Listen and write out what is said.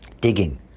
digging